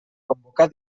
convocar